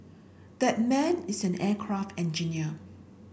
that man is an aircraft engineer